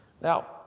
Now